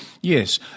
Yes